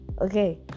Okay